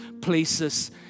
places